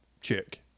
chick